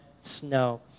snow